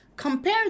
compare